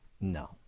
No